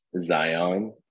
Zion